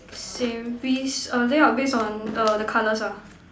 same piece err layout based on err the colours ah